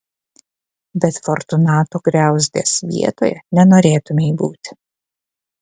bet fortunato griauzdės vietoje nenorėtumei būti